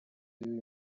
uyu